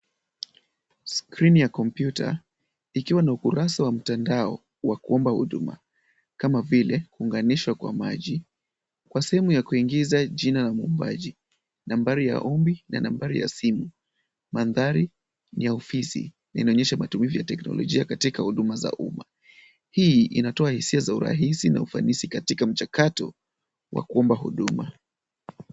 Skrini ya kompyuta ikiwa na ukurasa wa mtandao wa kuomba huduma kama vile unganisho kwa maji. Kwa sehemu ya kuingiza jina ya muombaji , nambari ya ombi na nambari ya simu. Mandhari ni ya ofisi. Inaonyesha matumizi ya teknolojia katika huduma za umma. Hii inatoa hisia za urahisi na ufanisi katika mchakato wa kuomba huduma.